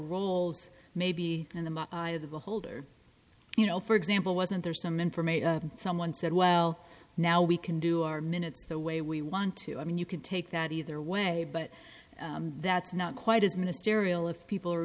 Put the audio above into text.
roles maybe in the eye of the holder you know for example wasn't there some information someone said well now we can do our minutes the way we want to i mean you can take that either way but that's not quite as ministerial if people are